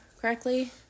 correctly